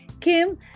Kim